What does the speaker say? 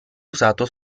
usato